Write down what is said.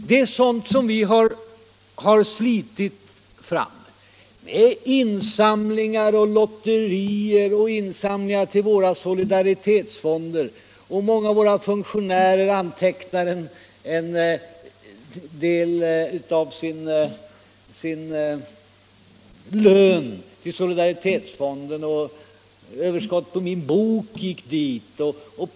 Det är sådant som vi har slitit fram, med insamlingar och lotterier och insamlingar till våra solidaritetsfonder. Många av våra funktionärer antecknar en del av sin lön till solidaritetsfonden. Överskottet på min bok gick till den fonden.